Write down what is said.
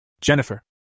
Jennifer